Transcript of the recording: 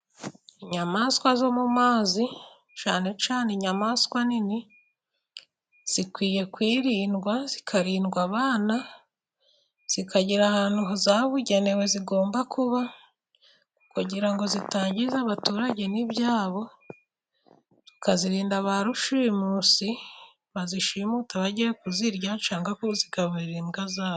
Inyamaswa zo mu mazi cyane cyane inyamaswa nini, zikwiye kurindwa zikarindwa abana. Zikagera ahantu hazabugenewe zigomba kuba, kugira ngo zitangiza abaturage n'ibyabo. Tukazirinda ba rushimusi bazishimuta bagiye kuzirya, cyangwa kuzigaburira imbwa zabo.